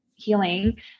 healing